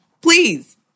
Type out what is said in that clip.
Please